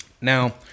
Now